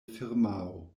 firmao